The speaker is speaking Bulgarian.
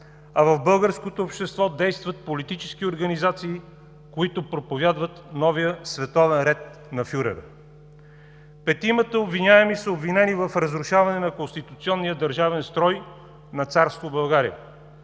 а в българското общество действат политически организации, които проповядват новия световен ред на фюрера. Петимата обвиняеми са обвинени в разрушаване на конституционния държавен строй на Царство България.